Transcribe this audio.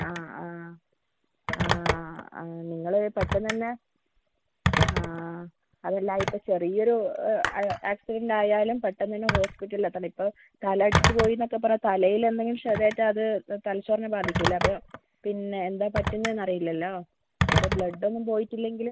ആ ആ ആ ആ നിങ്ങൾ പെട്ടെന്നുതന്നെ ആ അതും അല്ല ആയിട്ട് ചെറിയൊരു ആക്സിഡന്റ് ആയാലും പെട്ടെന്നുതന്നെ ഹോസ്പിറ്റലിൽ എത്തണം ഇപ്പം തല അടിച്ച് പോയി എന്ന് ഒക്കെ പറഞ്ഞാൽ തലയിൽ എന്തെങ്കിലും ക്ഷതം ഏറ്റാൽ അത് തലച്ചോറിനെ ബാധിക്കില്ലേ അപ്പം പിന്നെ എന്താണ് പറ്റുന്നതെന്ന് അറിയില്ലല്ലൊ അപ്പം ബ്ലഡ് ഒന്നും പോയിട്ടില്ലെങ്കിൽ